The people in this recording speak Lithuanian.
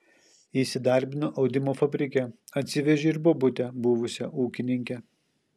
įsidarbino audimo fabrike atsivežė ir bobutę buvusią ūkininkę